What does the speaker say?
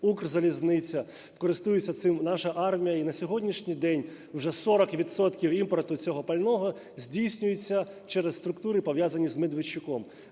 "Укрзалізниця", користується цим наша армія. І на сьогоднішній день вже 40 відсотків імпорту цього пального здійснюється через структури, пов'язані з Медведчуком.